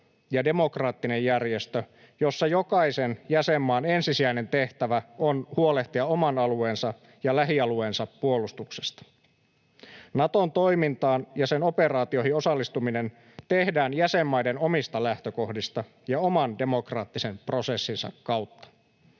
ja demokraattinen järjestö, jossa jokaisen jäsenmaan ensisijainen tehtävä on huolehtia oman alueensa ja lähialueensa puolustuksesta. Naton toimintaan ja sen operaatioihin osallistuminen tehdään jäsenmaiden omista lähtökohdista ja oman demokraattisen prosessinsa kautta.